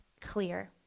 clear